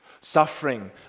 Suffering